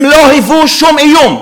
הם לא היוו שום איום.